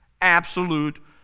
absolute